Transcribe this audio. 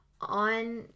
on